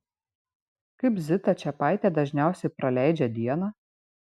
kaip zita čepaitė dažniausiai praleidžia dieną